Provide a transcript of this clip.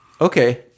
Okay